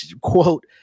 quote